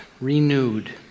renewed